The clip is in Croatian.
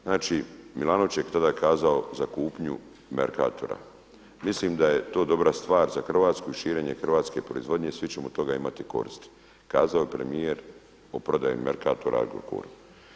Znači Milanović je tada kazao za kupnju Mercatora: „Mislim da je to dobra stvar za Hrvatsku i širenje hrvatske proizvodnje, svi ćemo od toga imati koristi.“ Kazao je premijer o prodaji Mercatora Agrokoru.